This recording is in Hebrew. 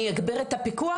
אני אגביר את הפיקוח,